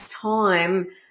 time